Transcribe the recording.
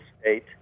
state